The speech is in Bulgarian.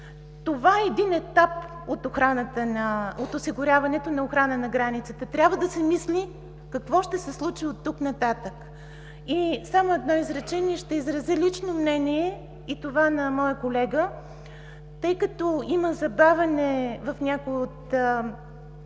Това е един етап от осигуряването на охрана на границата. Трябва да се мисли какво ще се случи от тук нататък. И само едно изречение, ще изразя лично мнение и това на моя колега, тъй като има забавяне в някои от